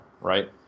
right